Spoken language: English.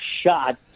shot